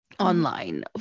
Online